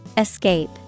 Escape